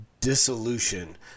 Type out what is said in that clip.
dissolution